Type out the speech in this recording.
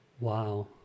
Wow